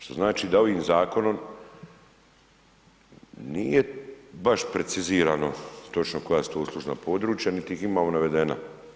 Što znači da ovim zakonom nije baš precizirano točno koja su to uslužna područja niti ih ima navedena.